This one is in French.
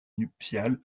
nuptiale